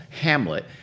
hamlet